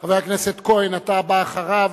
חבר הכנסת כהן, אתה בא אחריו.